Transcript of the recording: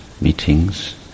meetings